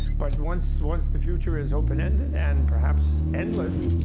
but once once the future is open-ended, and perhaps endless,